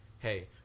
Hey